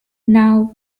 now